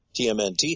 TMNT